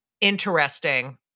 interesting